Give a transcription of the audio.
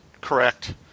correct